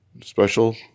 special